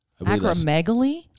Acromegaly